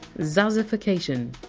zazzification!